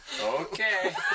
Okay